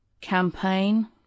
campaign